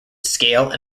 scale